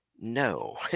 No